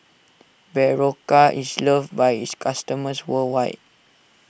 Berocca is loved by its customers worldwide